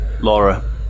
Laura